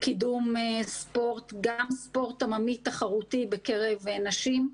בקידום ספורט, גם ספורט עממי תחרותי בקרב נשים,